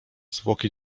zwłoki